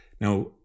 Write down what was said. now